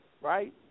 right